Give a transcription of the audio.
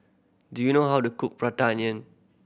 do you know how to cook Prata Onion